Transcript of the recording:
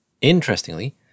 Interestingly